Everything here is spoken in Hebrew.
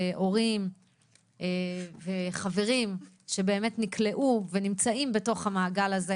הורים וחברים שבאמת נקלעו ונמצאים בתוך המעגל הזה.